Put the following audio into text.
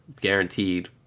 guaranteed